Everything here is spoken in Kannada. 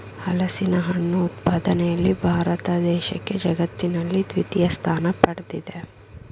ಹಲಸಿನಹಣ್ಣು ಉತ್ಪಾದನೆಯಲ್ಲಿ ಭಾರತ ದೇಶಕ್ಕೆ ಜಗತ್ತಿನಲ್ಲಿ ದ್ವಿತೀಯ ಸ್ಥಾನ ಪಡ್ದಿದೆ